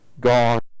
God